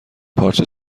پارچه